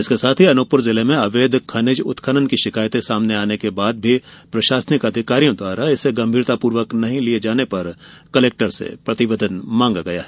इसके साथ ही अनूपपुर जिले में अवैध खनिज उत्खनन की शिकायते सामने आने के बाद भी प्रशासनिक अधिकारियों द्वारा इसे गंभीरतापूर्वक नहीं लिये जाने पर कलेक्टर से प्रतिवेदन मांगा गया है